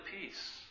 peace